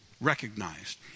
recognized